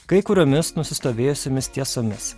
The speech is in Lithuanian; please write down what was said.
kai kuriomis nusistovėjusiomis tiesomis